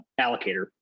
allocator